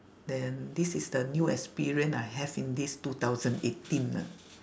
then this is the new experience I have in this two thousand eighteen lah